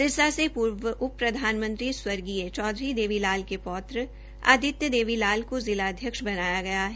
सिरसा से पूर्व उप प्रधानमंत्री स्वर्गीय चौधरी देवी लाल के पौत्र आदित्य देवी लाल को जिला अध्यक्ष बताया गया है